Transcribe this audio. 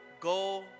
go